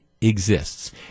exists